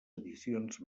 edicions